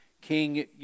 King